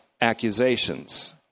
accusations